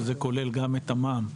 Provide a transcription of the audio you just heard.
שכולל גם את המע"מ,